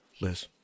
Liz